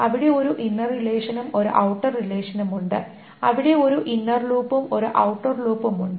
അവിടെ ഒരു ഇന്നർ റിലേഷനും ഒരു ഔട്ടർ റിലേഷനും ഉണ്ട് അവിടെ ഒരു ഇന്നർ ലൂപ്പും ഒരു ഔട്ടർ ലൂപ്പും ഉണ്ട്